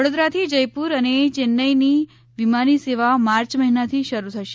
વડોદરા થી જયપુર અને ચેન્નઈની વિમાની સેવા માર્ચ મહિનાથી શરૂ થશે